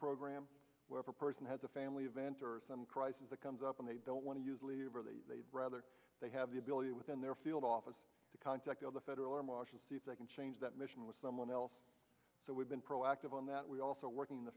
program where a person has a family event or some crisis that comes up and they don't want to use leave or rather they have the ability within their field office to contact the federal air marshal if they can change that mission with someone else so we've been proactive on that we are also working in the